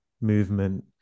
movement